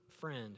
friend